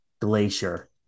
Glacier